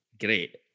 great